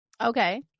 Okay